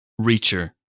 Reacher